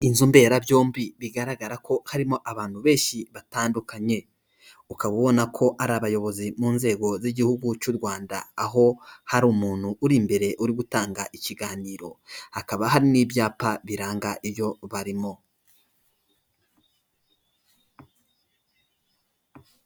Inzu mberabyombi bigaragara ko harimo abantu benshi batandukanye, ukaba ubona ko ari abayobozi mu nzego z'igihugu cy'u Rwanda, aho hari umuntu uri imbere uri gutanga ikiganiro hakaba hari n'ibyapa biranga ibyo barimo.